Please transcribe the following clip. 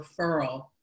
referral